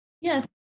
Yes